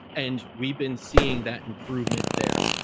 and we've been seeing that improvement there.